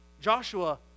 Joshua